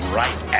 right